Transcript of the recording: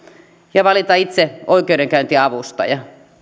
ja valita itse oikeudenkäyntiavustaja